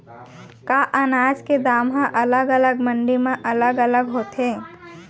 का अनाज के दाम हा अलग अलग मंडी म अलग अलग होथे?